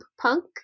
punk